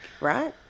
right